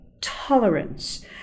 tolerance